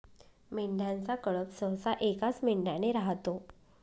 मेंढ्यांचा कळप सहसा एकाच मेंढ्याने राहतो